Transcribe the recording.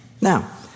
Now